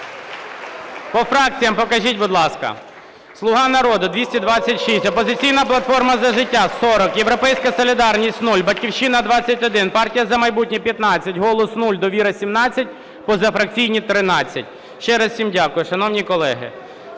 По фракціях покажіть, будь ласка. "Слуга народу" – 226, "Опозиційна платформа - За життя" – 40, "Європейська солідарність" – 0, "Батьківщина" – 21, "Партія "За майбутнє" – 15, "Голос" – 0, "Довіра" – 17, позафракційні – 13. Ще раз всім дякую, шановні колеги.